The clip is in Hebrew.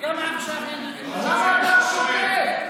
וגם עכשיו, למה אתה שותק?